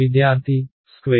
విద్యార్థి స్క్వేర్